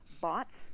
bots